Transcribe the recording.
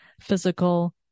physical